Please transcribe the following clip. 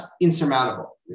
insurmountable